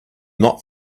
not